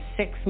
six